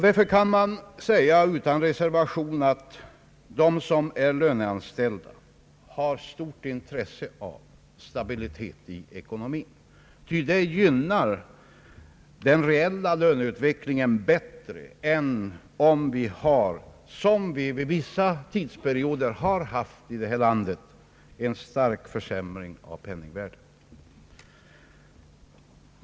Det kan därför utan reservation sägas, att de som är löneanställda har stort intresse av stabilitet i ekonomin, ty detta gynnar den reella löneutvecklingen bättre än om det blir — som vi under vissa tidsperioder haft här i landet — en stark försämring av penningvärdet.